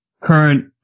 current